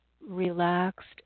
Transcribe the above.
relaxed